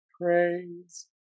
praise